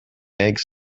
eggs